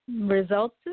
results